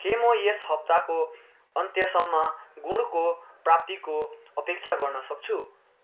के म यस हप्ताको अन्त्यसम्म गुँडको प्राप्तिको अपेक्षा गर्न सक्छु